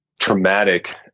traumatic